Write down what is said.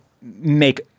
make